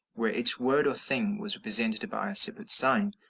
where each word or thing was represented by a separate sign.